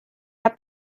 habt